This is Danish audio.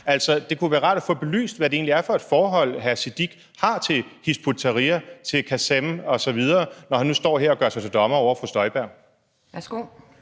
Altså, det kunne være rart at få belyst, hvad det egentlig er for et forhold, hr. Sikandar Siddique har til Hizb ut-Tahrir, til Kasem osv., når han nu står her og gør sig til dommer over fru Inger Støjberg. Kl.